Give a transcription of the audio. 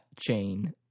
chain